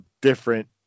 different